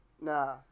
nah